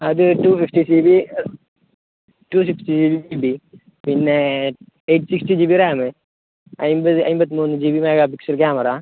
അത് ടു ഫിഫ്റ്റീസില് two sixty G B ഉണ്ട് പിന്നെ eight sixty G B RAM അൻപത് അൻപത്തിമൂന്ന് G B mega pixel camera